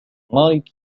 مايك